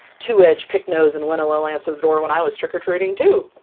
two-edge, picknose and winnowill answered the door when i was trick-or-treating too!